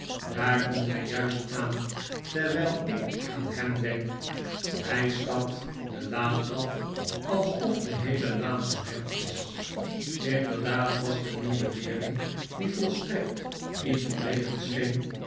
daar komt hij juist aan terwijl ik aan hem denk hij stapt de laan af alsof de heele laan van hem is inderdaad was de nieuwe leerling die volstrekt niet verlegen scheen